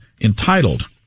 entitled